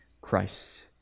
Christ